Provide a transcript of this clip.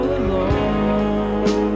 alone